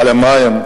על המים.